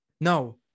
No